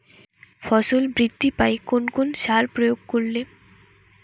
ফসল বৃদ্ধি পায় কোন কোন সার প্রয়োগ করলে?